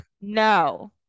No